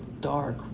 dark